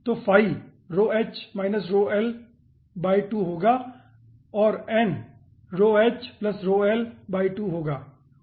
तो फाई होगा और n होगा